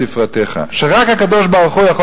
הלא בספרתך" רק הקדוש-ברוך-הוא יכול